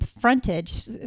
frontage